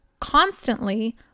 constantly